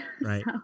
Right